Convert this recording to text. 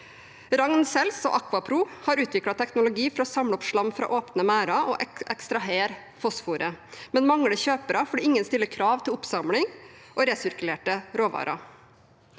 Havbruk og AquaPro har utviklet teknologi for å samle opp slam fra åpne merder og ekstrahere fosforet, men mangler kjøpere fordi ingen stiller krav til oppsamling og resirkulerte råvarer.